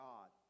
God